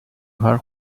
her